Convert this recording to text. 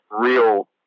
real